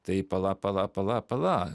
tai pala pala pala pala